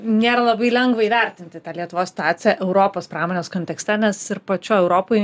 nėra labai lengva įvertinti tą lietuvos staciją europos pramonės kontekste nes ir pačioj europoj